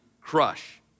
crush